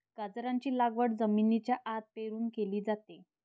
गाजराची लागवड जमिनीच्या आत पेरून केली जाते